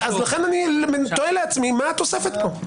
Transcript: אז לכן אני תוהה לעצמי מה התוספת פה.